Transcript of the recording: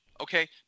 Okay